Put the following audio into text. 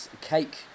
cake